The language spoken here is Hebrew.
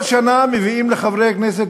שכל שנה מביאים לחברי הכנסת,